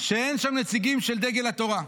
שאין בהן נציגים של דגל התורה,